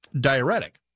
diuretic